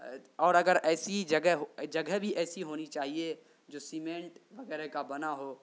اور اگر ایسی جگہ ہو جگہ بھی ایسی ہونی چاہیے جو سیمنٹ وغیرہ کا بنا ہو